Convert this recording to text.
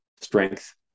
strength